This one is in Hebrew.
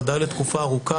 ודאי ארוכה,